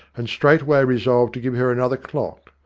and straightway resolved to give her another clock,